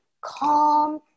calm